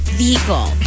vehicle